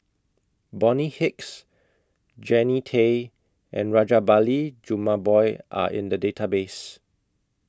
Bonny Hicks Jannie Tay and Rajabali Jumabhoy Are in The Database